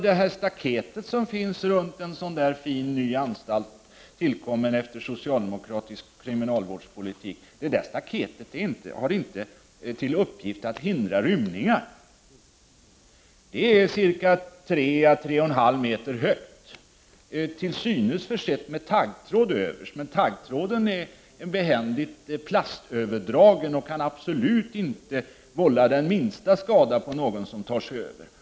Det staket som finns runt en sådan här fin ny anstalt, tillkommen efter socialdemokratisk kriminalvårdspolitik, har inte till uppgift att hindra rymningar. Det är 3-3,5 m högt, till synes försett med taggtråd överst. Men den där taggtråden är behändigt nog plastöverdragen och kan absolut inte vålla den minsta skada på någon som tar sig över.